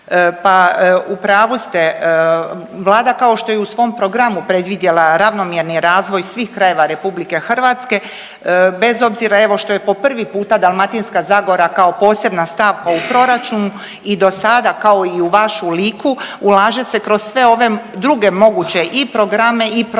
pa u pravu ste, Vlada kao što je i u svom programu predvidjela ravnomjerni razvoj svih krajeva RH bez obzira evo što je po prvi puta Dalmatinska zagora kao posebna stavka u proračunu i dosada kao i u vašu Liku ulaže se kroz sve ove druge moguće i programe i projekte.